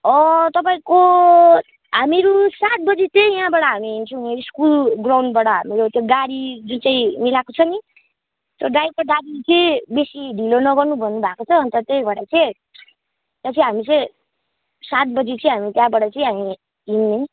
अँ तपाईँको हामीहरू सात बजी चाहिँ यहाँबाट हामीहरू हिँड्छौँ स्कुल ग्राउन्डबाट हाम्रो त्यो गाडी जुन चाहिँ मिलाएको छ नि त्यो ड्राइभर दाजुले चाहिँ बेसी ढिलो नगर्नु भन्नु भएको छ अन्त त्यही भएर चाहिँ त्यहाँ चाहिँ हामी चाहिँ सात बजी चाहिँ त्यहाँबाट चाहिँ हामी हिँड्ने